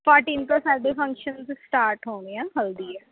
fourteen ਤੋਂ ਸਾਡੇ functions start ਹੋਣੇ ਆ ਹਲਦੀ ਹੈ